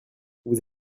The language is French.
vous